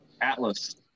Atlas